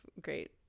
great